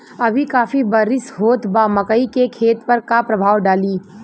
अभी काफी बरिस होत बा मकई के खेत पर का प्रभाव डालि?